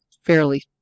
fairly